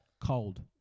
cold